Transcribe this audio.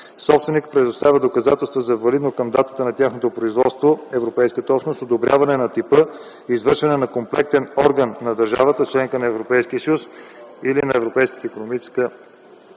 Собственикът предоставя доказателства за валидно към датата на тяхното производство в Европейската общност одобряване на типа, извършено от компетентен орган на държавата – членка на Европейския съюз или на Европейската икономическа